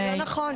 זה לא נכון.